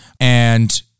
And-